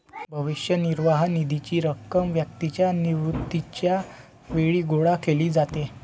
भविष्य निर्वाह निधीची रक्कम व्यक्तीच्या निवृत्तीच्या वेळी गोळा केली जाते